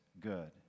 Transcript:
good